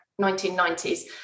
1990s